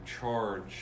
charge